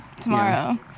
tomorrow